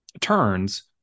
turns